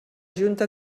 junta